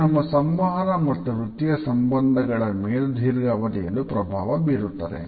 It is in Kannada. ಇದು ನಮ್ಮ ಸಂವಹನ ಮತ್ತು ವೃತ್ತಿಯ ಸಂಬಂಧಗಳ ಮೇಲು ದೀರ್ಘಾವಧಿಯಲ್ಲಿ ಪ್ರಭಾವ ಬೀರುತ್ತದೆ